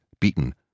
beaten